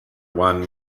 one